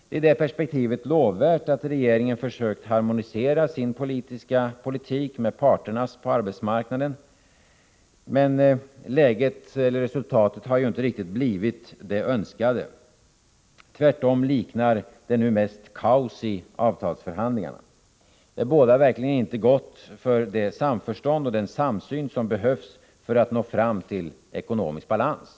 Det är i det perspektivet lovvärt att regeringen försökt harmonisera sin ekonomiska politik med synsätten hos parterna på arbetsmarknaden. Men resultatet har inte riktigt blivit det önskade. Tvärtom liknar det nu mest kaos i avtalsförhandlingarna. Det bådar verkligen inte gott för det samförstånd och den samsyn som behövs för att man skall kunna nå fram till ekonomisk balans.